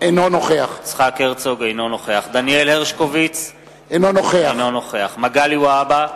אינו נוכח דניאל הרשקוביץ, אינו נוכח מגלי והבה,